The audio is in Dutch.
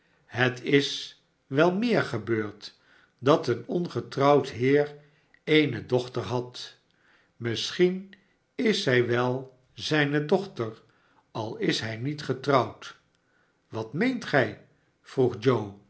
het is wel meer gebeurd dat een ongetrouwd heer eene dochter had misschien is zij wel zijne dochter al is hij niet getrouwd wat meerk gij vroeg